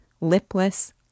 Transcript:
lipless